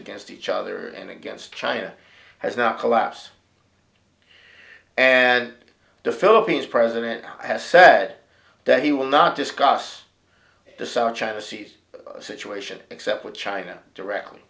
against each other and against china has not collapsed and the philippines president has said that he will not discuss the south china seas situation except with china directly